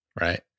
Right